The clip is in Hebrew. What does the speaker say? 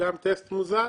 וגם טסט מוזל.